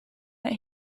that